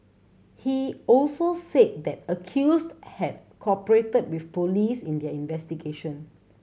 he also said the accused had cooperated with police in their investigation